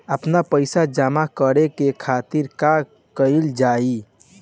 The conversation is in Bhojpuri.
आपन पइसा जमा करे के खातिर का कइल जाइ?